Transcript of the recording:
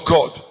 God